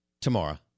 tomorrow